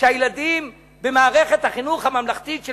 שהילדים במערכת החינוך הממלכתית של